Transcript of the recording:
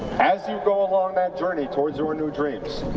as you go along that journey towards your new dream,